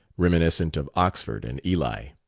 reminiscent of oxford and ely.